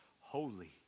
Holy